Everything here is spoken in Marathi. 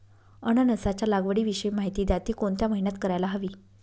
अननसाच्या लागवडीविषयी माहिती द्या, ति कोणत्या महिन्यात करायला हवी?